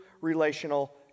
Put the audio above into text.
relational